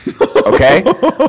Okay